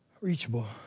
reachable